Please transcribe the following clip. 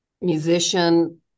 musician